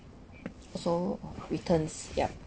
so returns yup